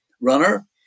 runner